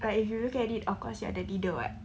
but if you look at it of course you're the leader [what]